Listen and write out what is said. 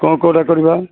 କ'ଣ କୋଉଟା କରିବା